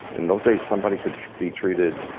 in those days somebody could be treated.